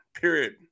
period